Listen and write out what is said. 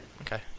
Okay